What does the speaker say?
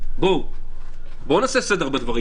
בואו נעשה סדר בדברים.